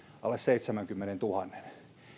alle seitsemänkymmenentuhannen